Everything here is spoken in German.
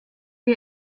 wir